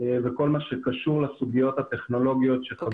וכל מה שקשור לסוגיות הטכנולוגיות שעלו כאן בדיון.